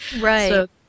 Right